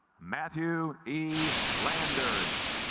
matthew e landers